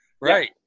Right